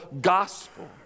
gospel